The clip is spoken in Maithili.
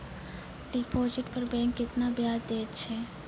डिपॉजिट पर बैंक केतना ब्याज दै छै?